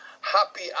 happy